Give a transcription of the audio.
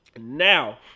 Now